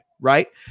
right